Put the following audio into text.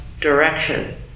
direction